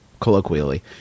colloquially